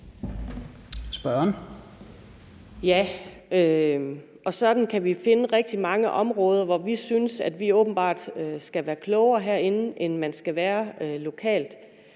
(V): Ja, og sådan kan vi finde rigtig mange områder, hvor vi synes vi åbenbart skal være klogere herinde, end man skal være lokalt.